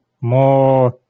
more